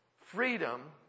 freedom